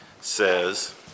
says